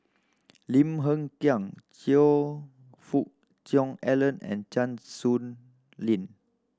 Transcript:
Lim Hng Kiang Choe Fook Cheong Alan and Chan Sow Lin